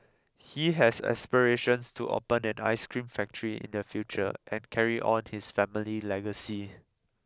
he has aspirations to open an ice cream factory in the future and carry on his family legacy